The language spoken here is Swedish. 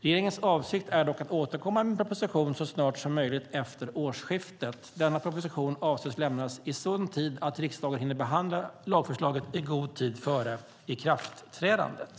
Regeringens avsikt är dock att återkomma med en proposition så snart som möjligt efter årsskiftet. Denna proposition avses att lämnas i sådan tid att riksdagen hinner behandla lagförslagen i god tid före ikraftträdandet.